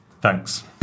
Thanks